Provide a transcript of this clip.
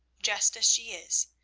just as she is,